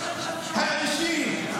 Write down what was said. השקרים של